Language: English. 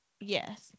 Yes